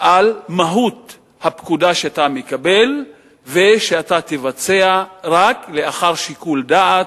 על מהות הפקודה שאתה מקבל ואתה תבצע רק לאחר שיקול דעת,